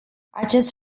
acest